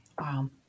Wow